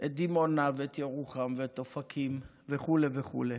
את דימונה ואת ירוחם ואת אופקים וכו' וכו'.